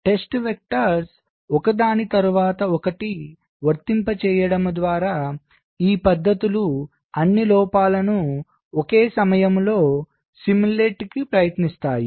పరీక్ష వెక్టర్స్ ఒకదాని తరువాత ఒకటి వర్తింప చేయడం ద్వారా ఈ పద్ధతులు అన్ని లోపాలను ఒకే సమయంలో అనుకరించటానికి ప్రయత్నిస్తాయి